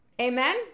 Amen